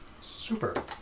Super